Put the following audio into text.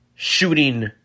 Shooting